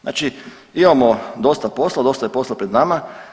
Znači imamo dosta posla, dosta je posla pred nama.